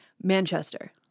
Manchester